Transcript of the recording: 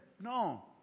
No